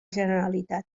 generalitat